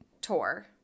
tour